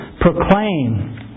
proclaim